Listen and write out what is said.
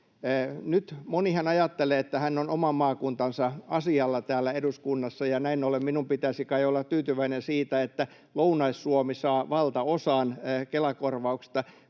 moni ajattelee, että hän on oman maakuntansa asialla täällä eduskunnassa ja näin ollen minun pitäisi kai olla tyytyväinen siitä, että Lounais-Suomi saa valtaosan Kela-korvauksista,